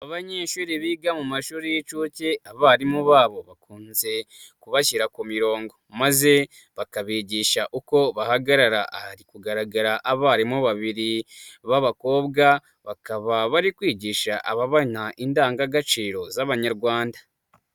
Abanyeshuri biga mu mashuri y'inshuke, abarimu babo bakunze kubashyira ku mirongo, maze bakabigisha uko bahagarara, hari kugaragara abarimu babiri b'abakobwa, bakaba bari kwigisha aba bana indangagaciro z'abanyarwanda.